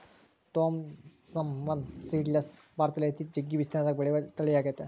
Thompson seedless ಭಾರತದಲ್ಲಿ ಅತಿ ಜಗ್ಗಿ ವಿಸ್ತೀರ್ಣದಗ ಬೆಳೆಯುವ ತಳಿಯಾಗೆತೆ